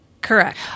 Correct